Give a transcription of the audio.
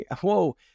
whoa